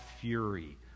fury